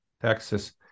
Texas